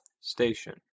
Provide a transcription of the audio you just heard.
Station